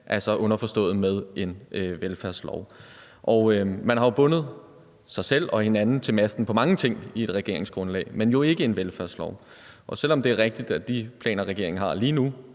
altså underforstået med en velfærdslov. Man har jo bundet sig selv og hinanden til masten i forhold til mange ting i regeringsgrundlaget, men jo ikke en velfærdslov, og selv om det er rigtigt, at de planer, regeringen har lige nu,